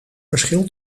verschil